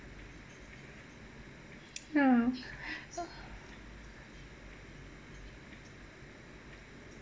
no